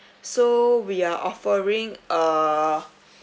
so we are offering a